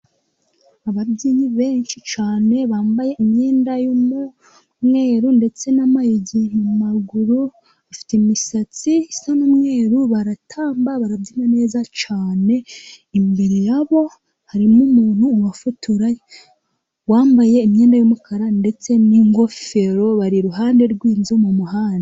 Ababyinnyi benshi cyane bambaye imyenda y'umweru ndetse n'amayugi mu maguru, bafite imisatsi isa n'umweru baratamba barabyina neza cyane. Imbere yabo harimo umuntu ubafotora wambaye imyenda y'umukara ndetse n'ingofero. Bari iruhande rw'inzu mu muhanda.